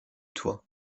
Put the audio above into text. toit